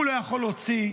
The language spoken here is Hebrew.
הוא לא יכול להוציא,